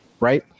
Right